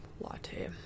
latte